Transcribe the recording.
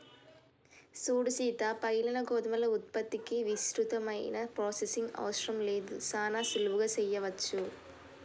సూడు సీత పగిలిన గోధుమల ఉత్పత్తికి విస్తృతమైన ప్రొసెసింగ్ అవసరం లేదు సానా సులువుగా సెయ్యవచ్చు